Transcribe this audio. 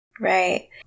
Right